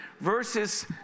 verses